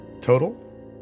Total